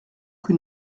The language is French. que